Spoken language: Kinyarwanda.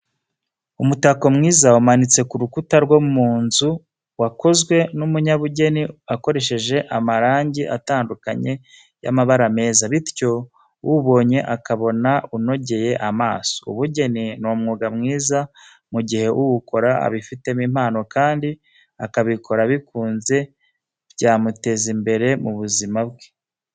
Umutako mwiza umanitse ku rukuta rwo mu nzu wakozwe n'umunyabugeni akoresheje amarangi atandukanye y'amabara meza, bityo uwubonye akabona unogeye amaso. Ubugeni ni umwuga mwiza mu gihe uwukora abifitemo impano kandi akabikora abikunze byamuteza imbere mu buzima bwe.